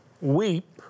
weep